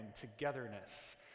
togetherness